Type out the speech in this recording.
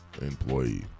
employee